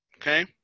Okay